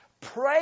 pray